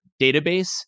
database